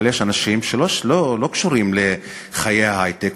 אבל יש אנשים שלא קשורים לחיי ההיי-טק,